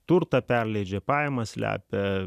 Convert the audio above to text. turtą perleidžia pajamas slepia